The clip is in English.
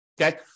Okay